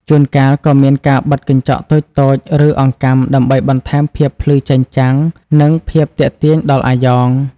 ជួនកាលក៏មានការបិទកញ្ចក់តូចៗឬអង្កាំដើម្បីបន្ថែមភាពភ្លឺចែងចាំងនិងភាពទាក់ទាញដល់អាយ៉ង។